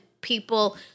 people